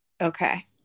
Okay